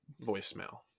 voicemail